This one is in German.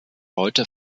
heute